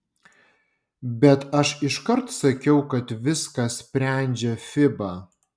bet aš iškart sakiau kad viską sprendžia fiba